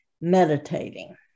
meditating